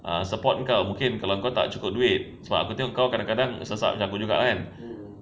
ah support kau mungkin kau tak cukup duit sebab aku tengok kau kadang-kadang sesak macam aku juga kan